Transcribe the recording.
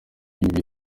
ibi